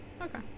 Okay